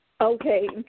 Okay